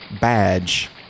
badge